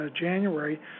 January